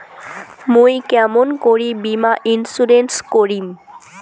মুই কেমন করি বীমা ইন্সুরেন্স করিম?